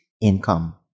income